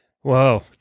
Whoa